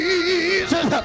Jesus